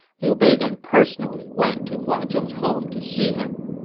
liu bei then personally went to huang zhong's home to see him.